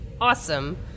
awesome